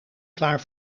klaar